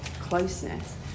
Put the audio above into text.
closeness